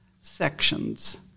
sections